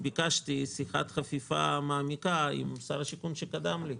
ביקשתי שיחת חפיפה מעמיקה עם שר הבינוי והשיכון שקדם לי,